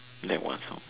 name one song